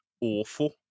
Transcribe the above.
awful